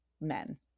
men